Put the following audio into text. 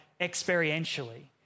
experientially